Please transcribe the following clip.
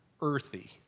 earthy